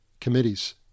committees